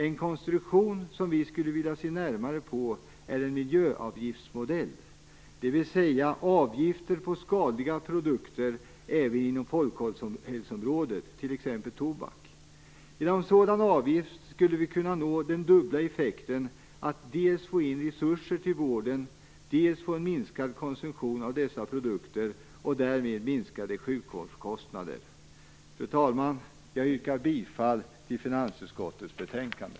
En konstruktion som vi skulle vilja se närmare på är en miljöavgiftsmodell, dvs. en modell med avgifter på skadliga produkter inom folkhälsoområdet, t.ex. tobak. Genom sådana avgifter skulle vi kunna uppnå den dubbla effekten att dels få in resurser till vården, dels få en minskad konsumtion av dessa produkter, med minskade sjukvårdskostnader som följd. Fru talman! Jag yrkar bifall till hemställan i finansutskottets betänkande.